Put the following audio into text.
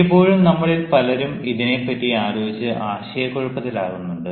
മിക്കപ്പോഴും നമ്മളിൽ പലരും ഇതിനെ പറ്റി ആലോചിച്ചു ആശയക്കുഴപ്പത്തിലാകുന്നുണ്ട്